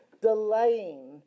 delaying